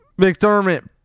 McDermott